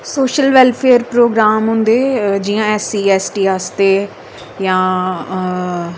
social welfare programme होंदे जियां S C S T आस्ते जांऽ